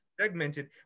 segmented